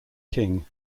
king